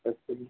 okay